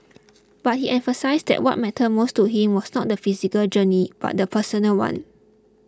but he emphasised that what mattered most to him was not the physical journey but the personal one